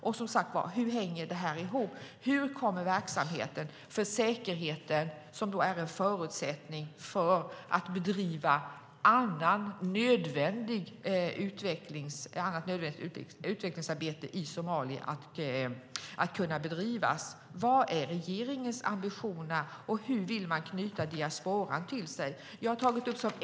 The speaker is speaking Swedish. Och som sagt var: Hur hänger detta ihop? Hur kommer verksamheten för säkerheten, som är en förutsättning för att bedriva annat nödvändigt utvecklingsarbete i Somalia, att kunna bedrivas? Vad är regeringens ambition, och hur vill man knyta diasporan till sig?